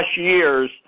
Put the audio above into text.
years